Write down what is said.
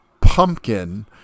pumpkin